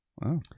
Wow